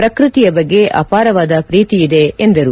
ಪ್ರಕೃತಿಯ ಬಗ್ಗೆ ಅಪಾರವಾದ ಪ್ರೀತಿಯಿದೆ ಎಂದರು